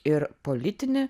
ir politinį